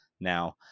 Now